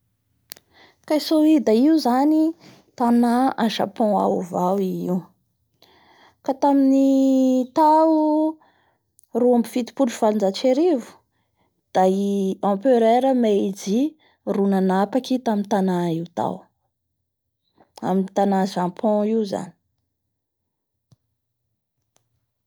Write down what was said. Ka i Soida io zany tana a Japon ao avao i io ka tamin'ny tao roa ambin'ny fitopolo sy valonjato sy arivo da i empereur Maiji no nanapaky tamin'ny tana io tao amin'ny tana Japon io zany.